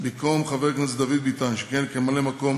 במקום חבר הכנסת דוד ביטן, שכיהן כממלא-מקום,